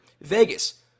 Vegas